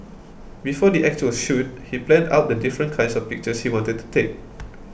before the actual shoot he planned out the different kinds of pictures he wanted to take